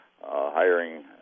hiring